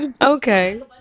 Okay